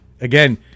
again